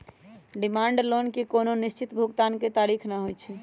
demand loan के कोनो निश्चित भुगतान के तारिख न होइ छइ